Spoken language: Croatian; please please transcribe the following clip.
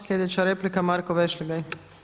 Sljedeća replika Marko Vešligaj.